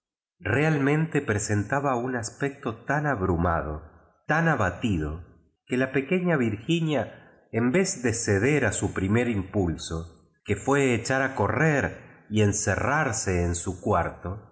realmente presentaba un aspecto tan abru mado tan abatido que la paqnciiji virginia en vez de ceder a sn primer impulso que fué echar a correr y encerrarse en su cuarto